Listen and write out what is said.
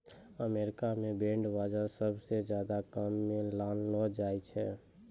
अमरीका म बांड बाजार सबसअ ज्यादा काम म लानलो जाय छै